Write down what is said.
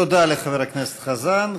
תודה לחבר הכנסת חזן.